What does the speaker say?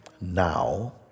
now